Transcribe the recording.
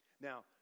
Now